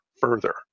further